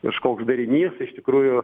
kažkoks darinys iš tikrųjų